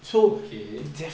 okay